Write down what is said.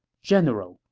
general,